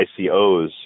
ICOs